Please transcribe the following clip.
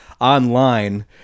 online